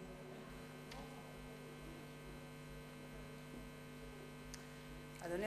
אדוני